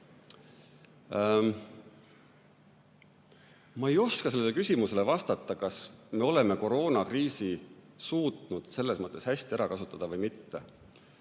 vastata sellele küsimusele, kas me oleme koroonakriisi suutnud selles mõttes hästi ära kasutada või mitte.